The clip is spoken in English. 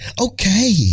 Okay